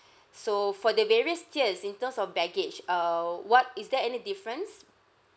so for the various tiers in terms of baggage err what is there any difference